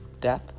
death